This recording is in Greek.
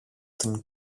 την